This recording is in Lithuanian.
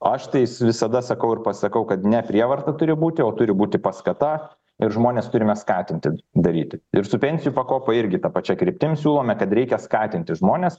aš tais visada sakau ir pasakau kad ne prievarta turi būti o turi būti paskata ir žmones turime skatinti daryti ir su pensijų pakopa irgi ta pačia kryptim siūlome kad reikia skatinti žmones